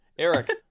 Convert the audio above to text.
Eric